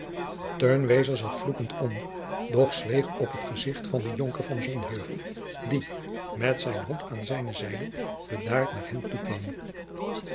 zag vloekend om doch zweeg op het gezicht van den jonker van sonheuvel die met zijn hond aan zijne zijde bedaard naar hem toekwam